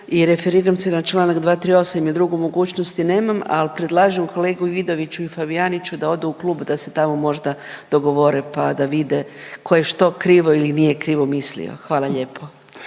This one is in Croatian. i referiram se na članak 238. jer drugu mogućnost nemam. Ali predlažem kolegi Vidoviću i Fabijaniću da ode u klub, da se tamo možda dogovore pa da vide tko je što krivo ili nije krivo mislio. Hvala lijepo.